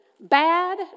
bad